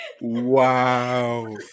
wow